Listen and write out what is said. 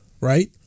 right